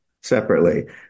separately